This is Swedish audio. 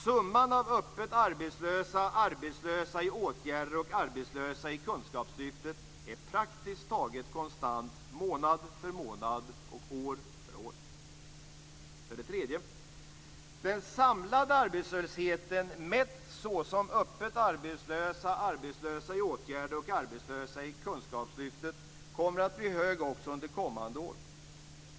Summan av öppet arbetslösa, arbetslösa i åtgärder och arbetslösa i kunskapslyftet är praktiskt taget konstant månad för månad och år för år. För det tredje kommer den samlade arbetslösheten mätt med öppet arbetslösa, arbetslösa i åtgärder och arbetslösa i kunskapslyftet att bli hög också under kommande år.